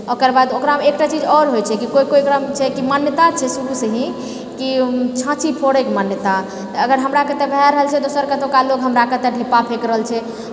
ओकर बाद ओकरामे एकटा चीज आओर होइत छै कि कोइ कोइ एकरामे छै कि मान्यता छै शुरू से ही कि छाँछी फोड़ै कऽ मान्यता अगर हमरा आर कऽ एतऽ भए रहल छै तऽ दोसर कऽ एतुका लोग हमरा ढ़ेपा फेक रहल छै